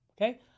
okay